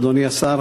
אדוני השר,